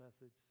message